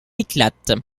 éclate